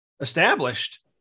established